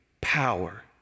power